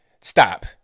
stop